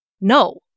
No